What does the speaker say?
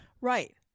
Right